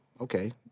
okay